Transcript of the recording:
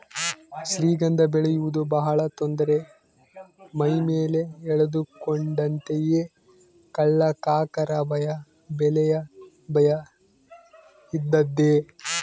ಶ್ರೀಗಂಧ ಬೆಳೆಯುವುದು ಬಹಳ ತೊಂದರೆ ಮೈಮೇಲೆ ಎಳೆದುಕೊಂಡಂತೆಯೇ ಕಳ್ಳಕಾಕರ ಭಯ ಬೆಲೆಯ ಭಯ ಇದ್ದದ್ದೇ